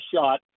shot